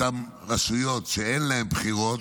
אותן רשויות שאין בהן בחירות,